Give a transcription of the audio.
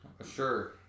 sure